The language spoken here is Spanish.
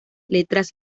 letras